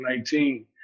2019